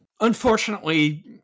Unfortunately